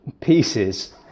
pieces